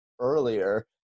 earlier